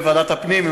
בוועדת הפנים,